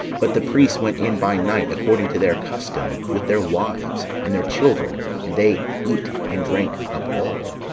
but the priests went in by night, according to their custom, with their wives, and their children and they eat and drank up all.